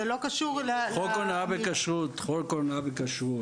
זה לא קשור --- חוק הונאה בכשרות,